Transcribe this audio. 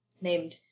named